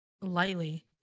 lightly